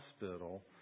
hospital